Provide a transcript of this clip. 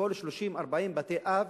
כל 40-30 בתי-אב,